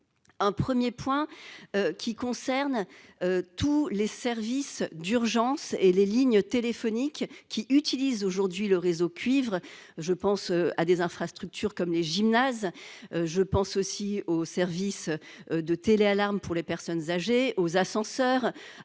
Le premier point concerne tous les services d'urgence et les lignes téléphoniques qui utilisent aujourd'hui le réseau cuivre. Je pense à des infrastructures comme les gymnases, au service de téléalarme pour les personnes âgées, aux ascenseurs